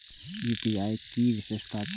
UPI के कि विषेशता छै?